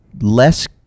less